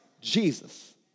Jesus